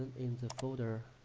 in the folder